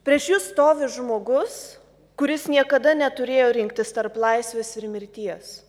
prieš jus stovi žmogus kuris niekada neturėjo rinktis tarp laisvės ir mirties